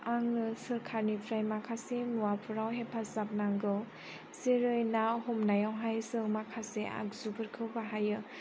आङो सरखारनिफ्राय माखासे मुवाफोराव हेफाजाब नांगौ जेरै ना हमनायावहाय जों माखासे आगजुफोरखौ बाहायो